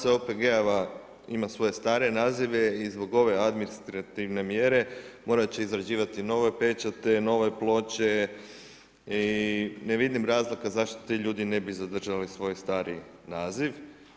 Masa OPG-ova ima svoje stare nazive i zbog ove administrativne mjere morat će izrađivati nove pečate, nove ploče i ne vidim razloga zašto ti ljudi ne bi zadržali svoj stari naziv.